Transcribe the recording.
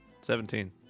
Seventeen